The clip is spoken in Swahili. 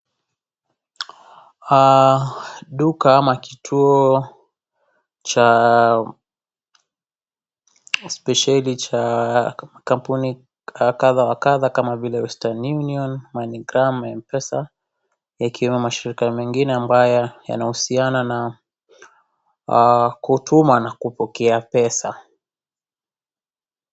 Duka ama kitu cha, spesheli cha kampuni kadha wa kadha kama vile western union, money gram, mpesa, ikiwemo mashirika mengine ambayo yanahusiana na mpesa na, kutuma na kupokea pesa.